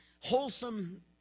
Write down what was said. wholesome